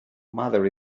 mother